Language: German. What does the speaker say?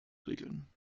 regeln